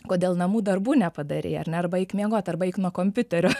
kodėl namų darbų nepadarei ar ne arba eik miegoti arba eik nuo kompiuterio